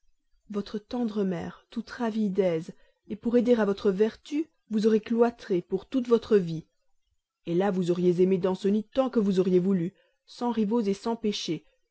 votre tendre mère toute ravie d'aise pour aider à votre vertu vous aurait cloîtrée pour toute votre vie là vous auriez aimé danceny tant que vous auriez voulu sans rivaux sans péché